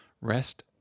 rest